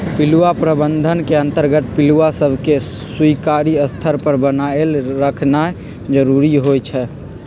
पिलुआ प्रबंधन के अंतर्गत पिलुआ सभके स्वीकार्य स्तर पर बनाएल रखनाइ जरूरी होइ छइ